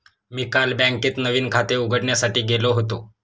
मी काल बँकेत नवीन खाते उघडण्यासाठी गेलो होतो